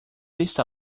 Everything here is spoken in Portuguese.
está